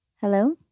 Hello